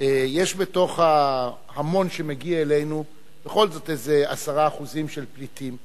יש בתוך ההמון שמגיע אלינו בכל זאת איזה 10% של פליטים,